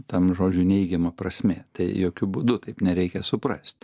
tam žodžiui neigiama prasmė tai jokiu būdu taip nereikia suprast